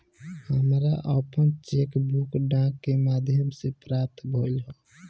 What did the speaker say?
हमरा आपन cheque book डाक के माध्यम से प्राप्त भइल ह